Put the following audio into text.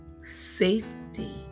Safety